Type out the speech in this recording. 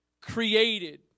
created